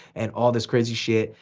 and all this crazy shit.